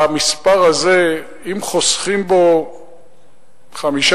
המספר הזה, אם חוסכים בו 5%,